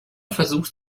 versucht